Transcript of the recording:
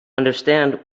understand